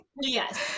Yes